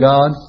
God